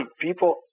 people